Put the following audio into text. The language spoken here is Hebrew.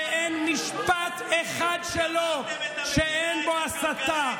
שאין משפט אחד שלו שאין בו הסתה.